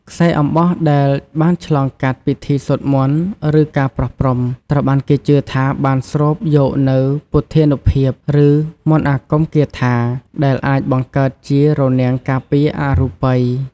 ខ្សែអំបោះដែលបានឆ្លងកាត់ពិធីសូត្រមន្ត ឬការប្រោះព្រំ ត្រូវបានគេជឿថាបានស្រូបយកនូវ ពុទ្ធានុភាព ឬមន្តអាគមគាថា ដែលអាចបង្កើតជា រនាំងការពារអរូបី ។